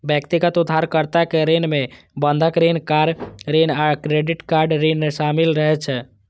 व्यक्तिगत उधारकर्ता के ऋण मे बंधक ऋण, कार ऋण आ क्रेडिट कार्ड ऋण शामिल रहै छै